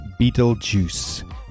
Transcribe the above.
Beetlejuice